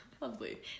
Lovely